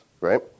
right